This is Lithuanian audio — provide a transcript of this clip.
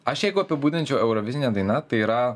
aš jeigu apibūdinčiau eurovizinė daina tai yra